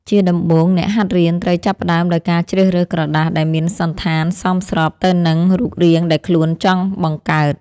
ជាដំបូង អ្នកហាត់រៀនត្រូវចាប់ផ្ដើមដោយការជ្រើសរើសក្រដាសដែលមានសណ្ឋានសមស្របទៅនឹងរូបរាងដែលខ្លួនចង់បង្កើត។